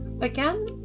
again